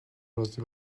راضی